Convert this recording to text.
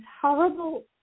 horrible